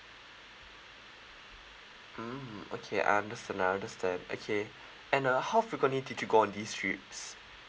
mm okay I understand I understand okay and uh how frequently did you go on these trips